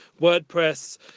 wordpress